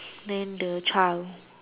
then the child